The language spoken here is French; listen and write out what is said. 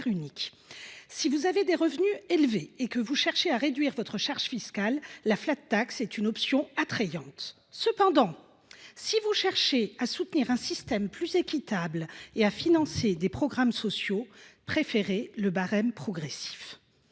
« Si vous avez des revenus élevés et que vous cherchez à réduire votre charge fiscale, la peut être une option attrayante. Cependant, si vous cherchez à soutenir un système plus équitable et à financer des programmes sociaux, préférez le barème progressif.